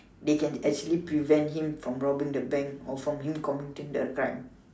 they can actually prevent him from robbing the bank or from him committing the crime